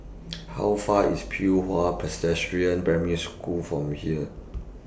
How Far IS Pei Hwa Primary School from here